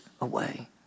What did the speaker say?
away